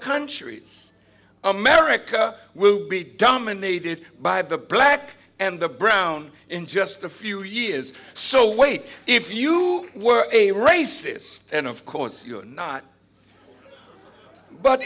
countries america will be dominated by the black and the brown in just a few years so wait if you were a racist then of course you are not but